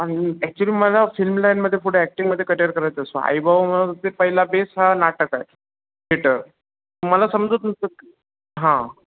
आणि ॲक्च्युली मला फिल्म लाईनमध्ये पुढे ॲक्टिंगमध्ये करिअर करायचं असं आईबाव ते पहिला बेस हा नाटकए थिएटर मला समजत नंतर हां